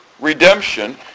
redemption